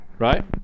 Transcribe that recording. Right